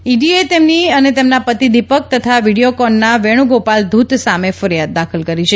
ઇડીએ તેમની અને તેના પતિ દિપક તથા વીડીયોકોનના વેણુગોપાલ ધૂત સામે ફરિયાદ દાખલ કરી છે